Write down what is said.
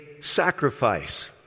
sacrifice